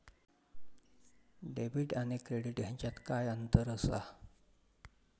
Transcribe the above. Debit आणि credit ह्याच्यात काय अंतर असा?